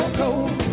cold